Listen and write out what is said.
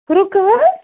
رُکہٕ ہے